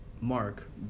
Mark